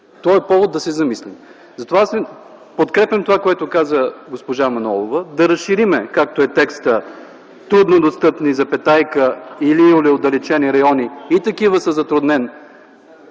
това е повод да се замислим. Аз подкрепям това което каза госпожа Манолова – да разширим, както е текста: трудно достъпни, и/или отдалечени райони и такива със затруднен